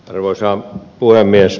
arvoisa puhemies